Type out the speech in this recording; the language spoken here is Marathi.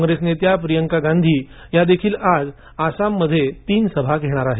कॉग्रेस नेत्या प्रियांका गांधी या देखील आज आसाममध्ये तीन सभा घेणार आहेत